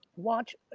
watch.